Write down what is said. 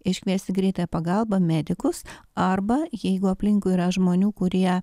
iškviesti greitąją pagalbą medikus arba jeigu aplinkui yra žmonių kurie